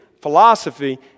philosophy